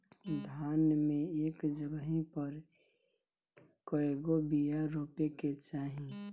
धान मे एक जगही पर कएगो बिया रोपे के चाही?